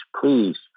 please